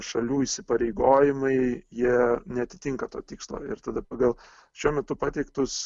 šalių įsipareigojimai jie neatitinka to tikslo ir tada pagal šiuo metu pateiktus